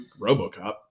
RoboCop